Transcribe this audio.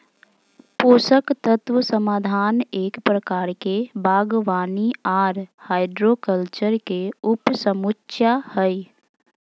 पोषक तत्व समाधान एक प्रकार के बागवानी आर हाइड्रोकल्चर के उपसमुच्या हई,